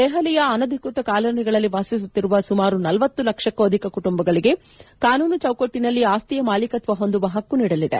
ದೆಹಲಿಯ ಅನಧಿಕೃತ ಕಾಲೋನಿಗಳಲ್ಲಿ ವಾಸಿಸುತ್ತಿರುವ ಸುಮಾರು ಳಂಲಕ್ಷಕ್ಕೂ ಅಧಿಕ ಕುಟುಂಬಗಳಿಗೆ ಕಾನೂನು ಚೌಕಟ್ಟಿನಲ್ಲಿ ಆಸ್ತಿಯ ಮಾಲೀಕತ್ವ ಹೊಂದುವ ಹಕ್ಕು ನೀಡಲಿದೆ